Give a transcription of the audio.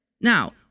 now